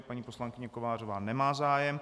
Paní poslankyně Kovářová nemá zájem.